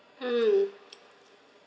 mm